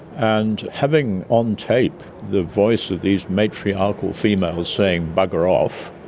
and having on tape the voice of these matriarchal females saying bugger off,